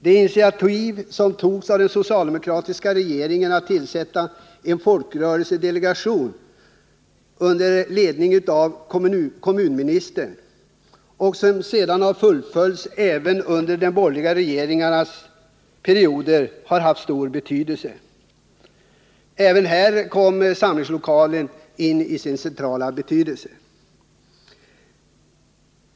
Det initiativ som togs av den socialdemokratiska regeringen att tillsätta en folkrörelsedelegation under ledning av kommunministern och som fullföljts även under de borgerliga regeringarna har haft stor betydelse. Även här har samlingslokalsfrågan en central betydelse.